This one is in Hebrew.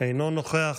אינו נוכח,